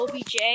OBJ